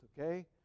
Okay